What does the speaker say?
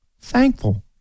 thankful